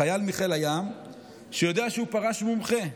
חייל מחיל הים שיודע שהוא פרש מומחה,